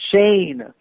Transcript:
Shane